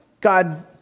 God